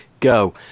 go